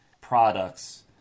products